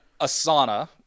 Asana